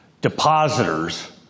depositors